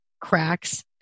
cracks